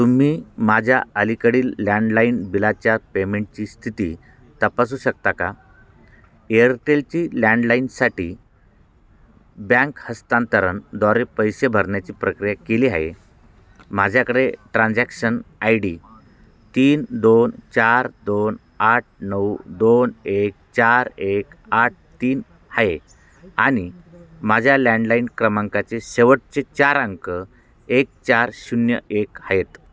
तुम्ही माझ्या अलीकडील लँडलाईन बिलाच्या पेमेंटची स्थिती तपासू शकता का एअरटेलची लँडलाईनसाठी बँक हस्तांतरणद्वारे पैसे भरण्याची प्रक्रिया केली आहे माझ्याकडे ट्रान्झॅक्शन आय डी तीन दोन चार दोन आठ नऊ दोन एक चार एक आठ तीन आहे आणि माझ्या लँडलाईन क्रमांकाचे शेवटचे चार अंक एक चार शून्य एक आहेत